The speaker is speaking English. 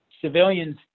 civilians